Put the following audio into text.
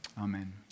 Amen